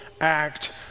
act